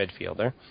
midfielder